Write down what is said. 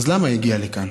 אז למה היא הגיעה לכאן?